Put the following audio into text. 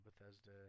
Bethesda